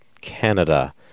Canada